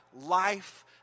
life